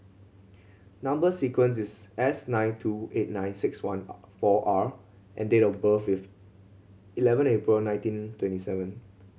number sequence is S nine two eight nine six one four R and date of birth is eleven April nineteen twenty seven